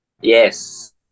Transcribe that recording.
Yes